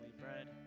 bread